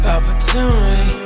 Opportunity